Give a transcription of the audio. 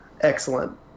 Excellent